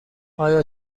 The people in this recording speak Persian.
آیا